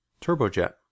Turbojet